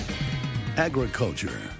Agriculture